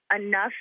enough